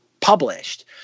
published